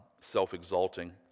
self-exalting